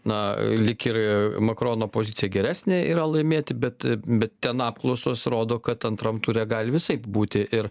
na lyg ir makrono pozicija geresnė yra laimėti bet bet ten apklausos rodo kad antram ture gali visaip būti ir